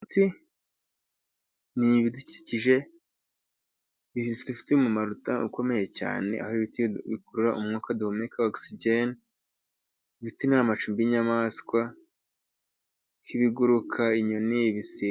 Ni ibidukikije bifite umumaro ukomeye cyane aho bikurura umwuka duhumeka ogisigeni. Ni amacumbi y'iyamaswa n'ibiguruka, inyoni, ibisiga.